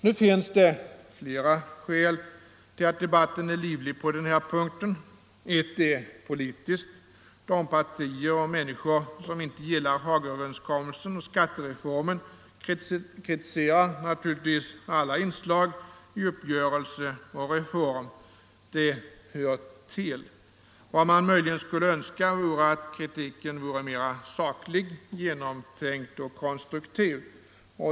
Nu finns det flera skäl till att debatten är livlig på denna punkt. Ett är politiskt. De partier och människor som inte gillar Hagaöverenskommelsen och skattereformen kritiserar naturligtvis alla inslag i uppgörelsen och reformen. Det hör till. Vad man möjligen skulle önska är att kritiken vore mera sakligt genomtänkt och konstruktiv.